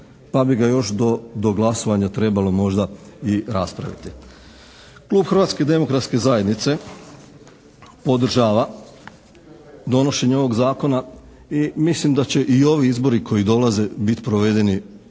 pa bi ga još do glasovanja trebalo možda i raspraviti. Klub Hrvatske demokratske zajednice podržava donošenje ovog zakona i mislim da će i ovi izbori koji dolaze biti provedeni